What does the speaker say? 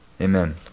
Amen